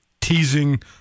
teasing